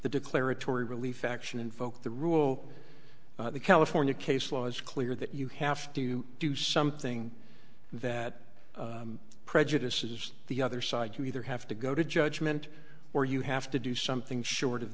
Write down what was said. declaratory relief action invoke the rule the california case law is clear that you have to do something that prejudice is the other side you either have to go to judgment or you have to do something short of